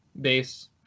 base